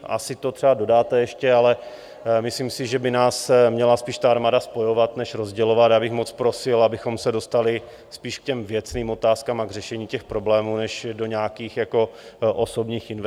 Asi to třeba dodáte ještě, ale myslím si, že by nás měla spíš ta armáda spojovat než rozdělovat, a já bych moc prosil, abychom se dostali spíš k těm věcným otázkám a k řešení těch problémů než do nějakých osobních invektiv.